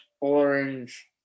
orange